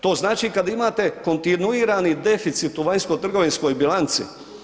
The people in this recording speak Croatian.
To znači kad imate kontinuirani deficit u vanjsko trgovinskoj bilanci.